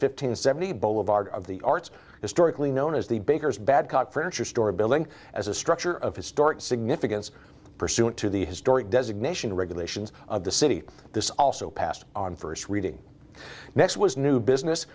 fifteen seventy boulevard of the arts historically known as the baker's badcock furniture store building as a structure of historic significance pursuant to the historic designation regulations of the city this also passed on first reading next was new business